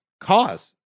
cause